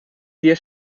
dir